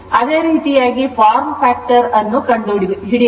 ಅದೇ ರೀತಿ form factor ಕಂಡುಹಿಡಿಯಬಹುದು